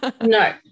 no